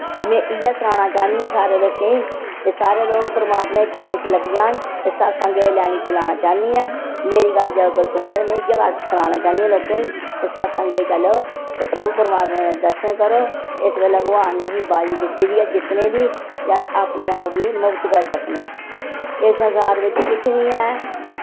एह् मैं इयै सनाना चाहनियां सारें लोकें ई वे सारे लोक परमात्मे चरणें च लग्गी जान ते सतसंगे दी लैनी च लाना चाहन्नीं ऐ ममेरी गल्ल जो कोई सुनै ते में इयै गल्ल सनाना चाहन्नी ऐ लोकें ई के सतसंगे चलो ते प्रभु परमात्मे दे दर्शन करो इस बेल्लै भगवान नै असें बारी दित्ती दी ऐ जित्तने दी ते अस अपने आप गी मुक्त करी सकनेआं इस संसार बिच किश निं ऐ